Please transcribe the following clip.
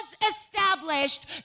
established